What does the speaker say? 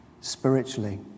spiritually